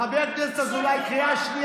חבר הכנסת אזולאי, שב.